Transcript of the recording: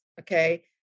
Okay